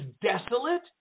desolate